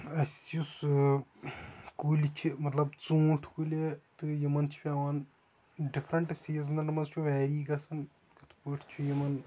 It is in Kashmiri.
اَسہِ یُس کُلۍ چھِ مطلب ژوٗنٹھ کُلی تہٕ یِمن چھُ ییٚوان ڈِفرنٹ سیٖزنن منٛز چھُ ویری گژھان یِتھ پٲٹھۍ چھُ یِمن